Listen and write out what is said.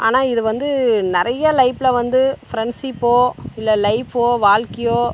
ஆனால் இது வந்து நிறைய லைஃப்பில வந்து ஃப்ரெண்ட்ஷிப்போ இல்லை லைஃப்போ வாழ்க்கையோ